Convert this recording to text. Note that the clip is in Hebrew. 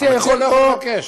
המציע יכול לבקש.